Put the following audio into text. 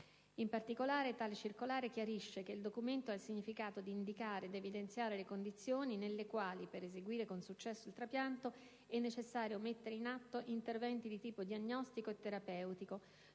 In particolare, tale circolare chiarisce che il «documento ha il significato di indicare ed evidenziare le condizioni nelle quali, per eseguire con successo il trapianto, è necessario mettere in atto interventi di tipo diagnostico e terapeutico,